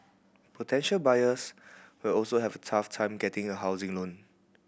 potential buyers will also have a tough time getting a housing loan